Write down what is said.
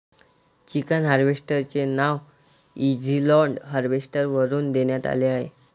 chicken harvester चे नाव easy load harvester वरून देण्यात आले आहे